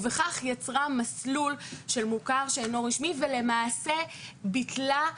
ובכך יצרה מסלול של מוכר שאינו רשמי ולמעשה ביטלה,